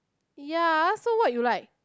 ya ah so what you like